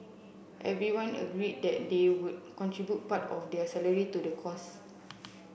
everyone agreed that they would contribute part of their salary to the cause